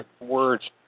words